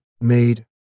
made